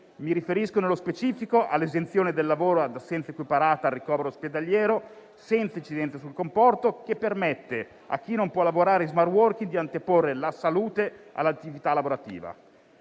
Mi riferisco, nello specifico, all'esenzione dal lavoro e all'assenza equiparata al ricovero ospedaliero, senza incidenza sul compenso, che permette a chi non può lavorare in *smart working* di anteporre la salute all'attività lavorativa.